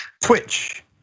Twitch